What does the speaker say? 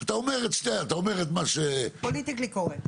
אתה אומר את מה ש --- פוליטיקלי קורקט.